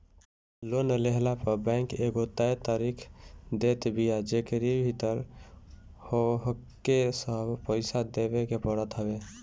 loan लेहला पअ bank एगो तय तारीख देत बिया जेकरी भीतर होहके सब पईसा देवे के पड़त हवे